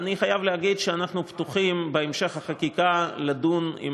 אני חייב להגיד שאנחנו פתוחים בהמשך החקיקה לדון עם